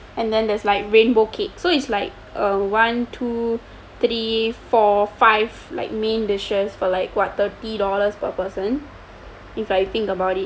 and then there's like rainbow cake so it's like a one two three four five like main dishes for like what thirty dollars per person